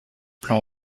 plan